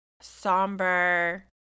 somber